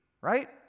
Right